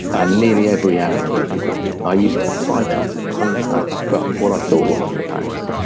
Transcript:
and nearly every hour of every day. i used to fight off hunger pangs. well, what i thought were hunger pangs,